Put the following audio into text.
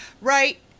right